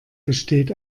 besteht